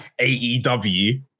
AEW